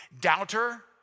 Doubter